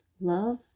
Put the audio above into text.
love